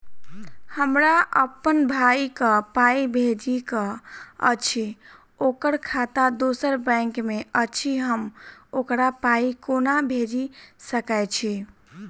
हमरा अप्पन भाई कऽ पाई भेजि कऽ अछि, ओकर खाता दोसर बैंक मे अछि, हम ओकरा पाई कोना भेजि सकय छी?